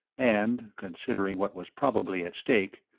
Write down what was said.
and, considering what was probably at stake,